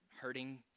hurting